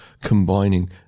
combining